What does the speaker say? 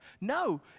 No